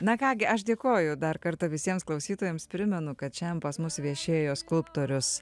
na ką gi aš dėkoju dar kartą visiems klausytojams primenu kad šiandien pas mus viešėjo skulptorius